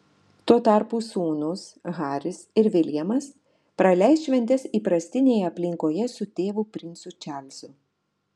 tuo tarpu sūnūs haris ir viljamas praleis šventes įprastinėje aplinkoje su tėvu princu čarlzu